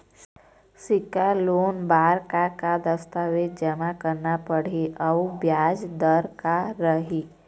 सिक्छा लोन बार का का दस्तावेज जमा करना पढ़ही अउ ब्याज दर का रही?